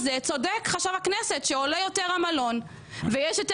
צודק חשב הכנסת ואכן המלון עולה יותר ויש יותר